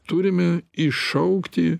turime iššaukti